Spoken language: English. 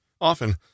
Often